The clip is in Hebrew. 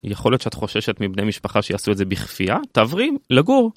יכול להיות שאת חוששת מבני משפחה שיעשו את זה בכפייה? תעברי לגור.